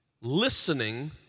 listening